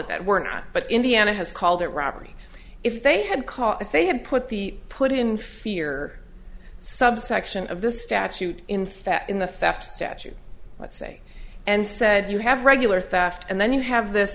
it that we're not but indiana has called it robbery if they had call if they had put the put in fear subsection of this statute in fact in the theft statute let's say and said you have regular theft and then you have this